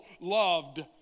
loved